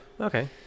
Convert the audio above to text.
okay